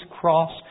cross